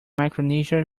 micronesia